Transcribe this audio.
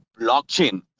blockchain